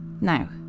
now